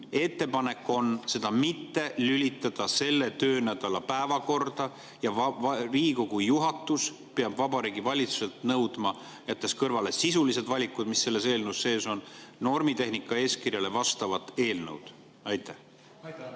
Ettepanek on seda [eelnõu] mitte lülitada selle töönädala päevakorda ja et Riigikogu juhatus peab Vabariigi Valitsuselt nõudma, jättes kõrvale sisulised valikud, mis selles eelnõus on, normitehnika eeskirjale vastavat eelnõu. Aitäh!